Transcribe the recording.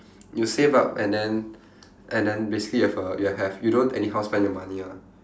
you save up and then and then basically have a you have you don't anyhow spend your money ah